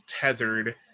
tethered